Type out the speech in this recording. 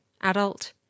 Adult